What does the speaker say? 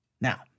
Now